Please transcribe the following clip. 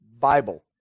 Bible